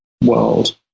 world